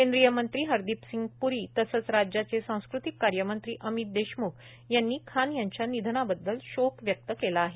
केंद्रीय मंत्री हरदीप सिंह प्री तसंच राज्याचे सांस्कृतिक कार्य मंत्री अमित देशमुख यांनी खान यांच्या निधनाबद्दल शोक व्यक्त केला आहे